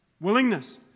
Willingness